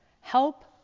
help